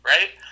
Right